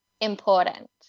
important